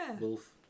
wolf